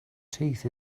teeth